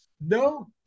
No